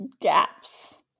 gaps